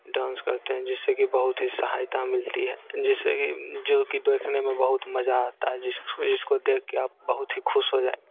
dance करते हैं जिससे कि बहुत ही सहायता मिलती है जिससे कि जो कि देखने में बहुत मजा आता है जिसको जिसको देखके आप बहुत ही खुश हो जाएँ